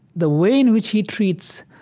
the way in which he treats,